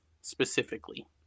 specifically